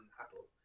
Apple